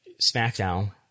SmackDown